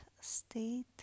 state